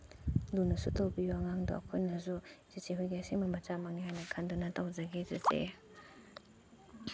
ꯂꯨꯅꯁꯨ ꯇꯧꯕꯤꯌꯣ ꯑꯉꯥꯡꯗꯣ ꯑꯩꯈꯣꯏꯅꯁꯨ ꯆꯦꯆꯦ ꯍꯣꯏꯒꯤ ꯑꯁꯦꯡꯕ ꯃꯆꯥꯃꯛꯅꯤ ꯍꯥꯏꯅ ꯈꯟꯗꯨꯅ ꯇꯧꯖꯒꯦ ꯆꯦꯆꯦ